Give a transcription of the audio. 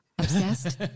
Obsessed